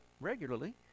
regularly